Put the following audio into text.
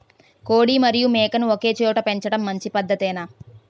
కోడి మరియు మేక ను ఒకేచోట పెంచడం మంచి పద్ధతేనా?